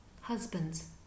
husbands